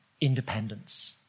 independence